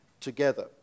together